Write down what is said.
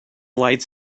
lights